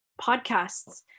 podcasts